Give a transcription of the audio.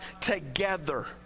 together